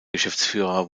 geschäftsführer